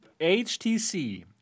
HTC